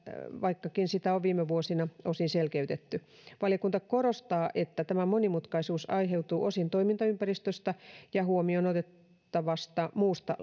vaikkakin sitä on viime vuosina osin selkeytetty valiokunta korostaa että tämä monimutkaisuus aiheutuu osin toimintaympäristöstä ja huomioon otettavasta muusta